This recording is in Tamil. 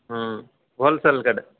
ம் ஹோல்சேல் கடை